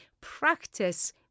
practice